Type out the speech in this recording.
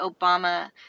Obama